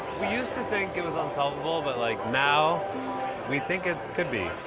we used to think it was unsolvable, but like now we think it could be.